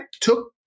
took